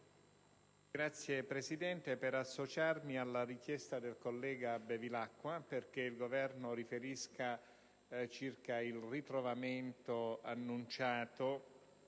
Signora Presidente, mi associo alla richiesta del collega Bevilacqua perché il Governo riferisca circa il ritrovamento annunciato